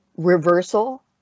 reversal